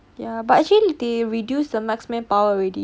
ya but actually they reduce the marksman power already